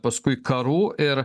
paskui karų ir